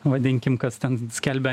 vadinkim kas ten skelbia